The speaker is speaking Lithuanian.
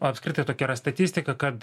apskritai tokia yra statistika kad